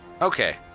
Okay